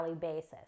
basis